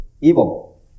evil